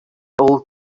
old